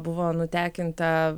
buvo nutekinta